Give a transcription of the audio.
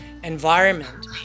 environment